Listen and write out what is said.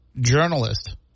journalist